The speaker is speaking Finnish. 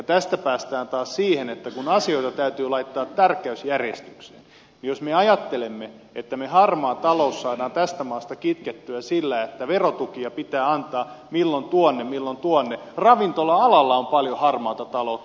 tästä päästään taas siihen että kun asioita täytyy laittaa tärkeysjärjestykseen niin jos me ajattelemme että me harmaan talouden saamme tästä maasta kitkettyä sillä että verotukia pitää antaa milloin tuonne milloin tuonne niin ravintola alalla on paljon harmaata taloutta